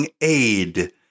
aid